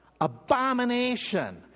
abomination